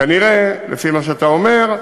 כנראה, לפי מה שאתה אומר,